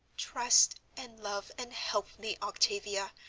trust and love and help me, octavia,